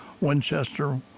Winchester